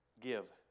give